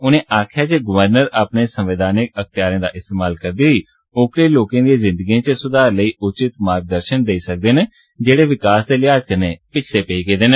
उनें गलाया जे गवर्नर अपने संवैधानिक अख्तियारें दा इस्तेमाल करदे होई ओकड़े लोकें दी जिंदगिएं च सुधार लेई उचित मागदर्शन देई सकदे न जेह्ड़े विकास दे लेहाज़ कन्नै पिच्छे रेई गेदे न